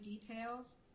details